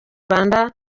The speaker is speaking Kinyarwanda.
rwanda